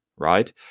right